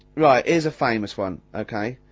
right here's a famous one, ok,